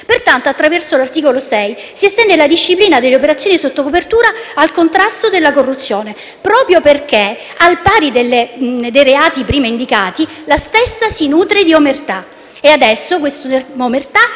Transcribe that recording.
Pertanto, attraverso l'articolo 6 si estende la disciplina delle operazioni sotto copertura al contrasto della corruzione, proprio perché, al pari dei reati prima indicati, la stessa si nutre di omertà.